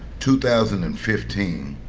two thousand and fifteen